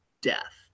death